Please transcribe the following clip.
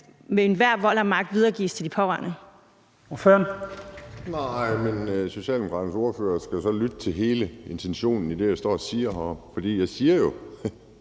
der med vold og magt skal videregives til de pårørende?